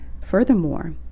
furthermore